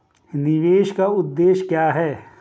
निवेश का उद्देश्य क्या है?